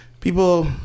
People